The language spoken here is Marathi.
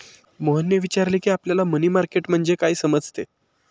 मोहनने विचारले की, आपल्याला मनी मार्केट म्हणजे काय समजते?